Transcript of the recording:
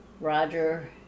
Roger